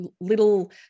little